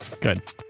Good